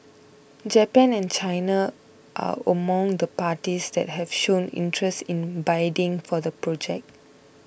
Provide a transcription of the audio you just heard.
Japan and China are among the parties that have shown interest in bidding for the project